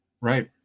Right